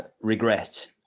regret